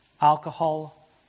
Alcohol